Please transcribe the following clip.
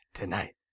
tonight